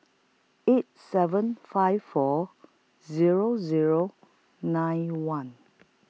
eight seven five four Zero Zero nine one